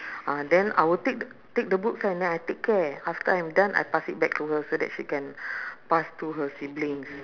ah then I will take th~ take the books and then I take care after I'm done I pass it back to her so that she can pass to her siblings